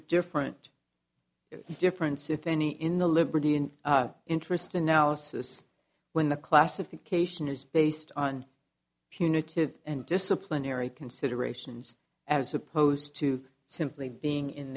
different difference if any in the liberty interest analysis when the classification is based on punitive and disciplinary considerations as opposed to simply being in